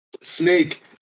Snake